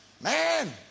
Man